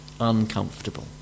uncomfortable